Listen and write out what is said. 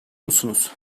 musunuz